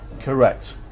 Correct